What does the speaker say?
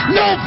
no